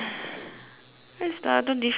where's the other difference